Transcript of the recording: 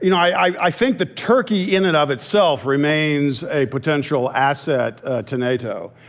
you know i i think that turkey in and of itself remains a potential asset to nato.